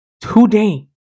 today